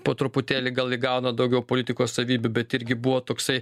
po truputėlį gal įgauna daugiau politiko savybių bet irgi buvo toksai